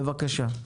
בבקשה.